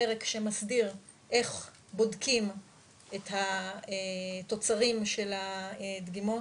פרק שמסדיר איך בודקים את התוצרים של הדגימות,